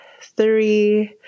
three